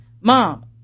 Mom